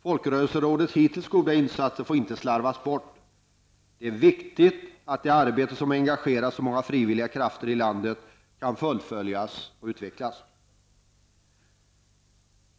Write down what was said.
Folkrörelserådets hittills goda insatser får inte slarvas bort. Det är viktigt att det arbete som har engagerat så många frivilliga krafter i landet kan fullföljas och utvecklas.